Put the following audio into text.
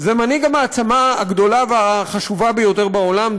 זה מנהיג המעצמה הגדולה והחשובה ביותר בעולם,